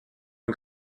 une